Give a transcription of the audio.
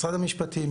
משרד המשפטים,